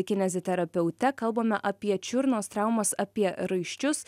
kineziterapeute kalbame apie čiurnos traumas apie raiščius